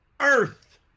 earth